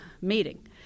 meeting